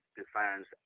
defines